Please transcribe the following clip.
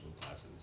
classes